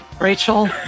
Rachel